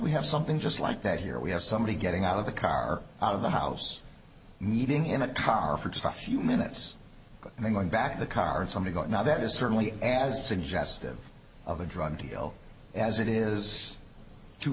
we have something just like that here we have somebody getting out of the car out of the house meeting in a car for just a few minutes and then going back to the car and some to go out now that is certainly as suggestive of a drug deal as it is t